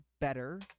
better